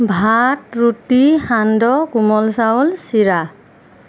ভাত ৰুটি সান্দহ কোমল চাউল চিৰা